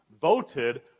voted